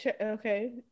okay